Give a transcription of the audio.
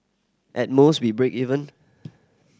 at most we break even